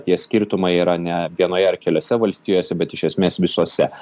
tie skirtumai yra ne vienoje ar keliose valstijose bet iš esmės visose